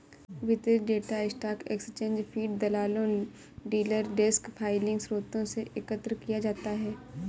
वितरित data stock exchange feed, दलालों, dealer desk filing स्रोतों से एकत्र किया जाता है